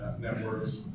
networks